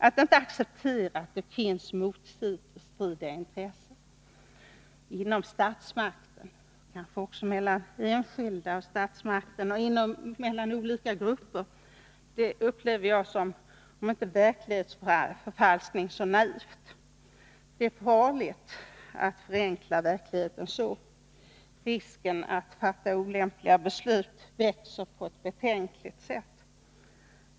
Att inte acceptera att det finns motstridiga intressen inom statsmakten, mellan enskilda och statsmakten och mellan olika grupper och statsmakten upplever jag, om inte som verklighetsförfalskning, så som naivt. Det är farligt att förvanska verkligheten så. Risken att fatta olämpliga beslut växer på ett betänkligt sätt.